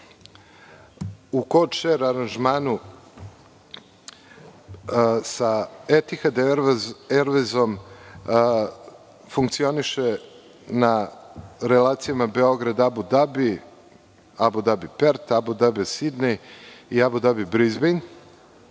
u Kočer aranžmanu sa „Etihad ervejzom“ funkcioniše na relacijama Beograd-Abu Dabi, Abu Dabi-Pert, Abu Dabi-Sidnej i Abu Dabi-Brizbejn